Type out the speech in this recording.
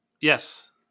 Yes